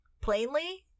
plainly